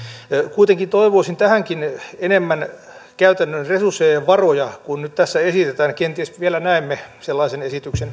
kuitenkin toivoisin tähänkin enemmän käytännön resursseja ja varoja kuin nyt tässä esitetään kenties vielä näemme sellaisen esityksen